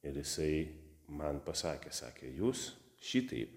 ir jisai man pasakė sakė jūs šitaip